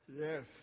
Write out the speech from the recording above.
yes